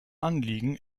anliegen